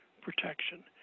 protection